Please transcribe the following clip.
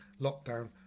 lockdown